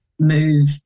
move